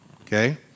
okay